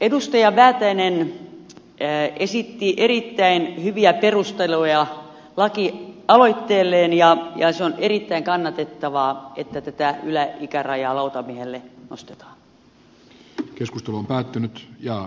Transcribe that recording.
edustaja väätäinen esitti erittäin hyviä perusteluja lakialoitteelleen ja se on erittäin kannatettavaa että tätä yläikärajaa lautamiehelle nostetaan